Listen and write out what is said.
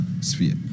sphere